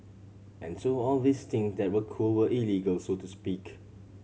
and so all these thing that were cool were illegal so to speak